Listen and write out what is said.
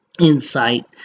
insight